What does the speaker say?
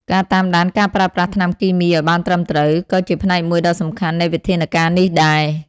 ការតាមដានការប្រើប្រាស់ថ្នាំគីមីឲ្យបានត្រឹមត្រូវ ក៏ជាផ្នែកមួយដ៏សំខាន់នៃវិធានការនេះដែរ។